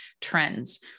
trends